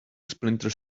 splinter